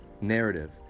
narrative